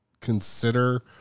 consider